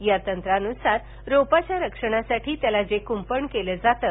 या तंत्रानुसार रोपाच्या रक्षणासाठी त्याला जे कुंपण केलं जातं